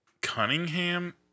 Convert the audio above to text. Cunningham